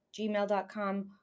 gmail.com